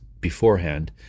beforehand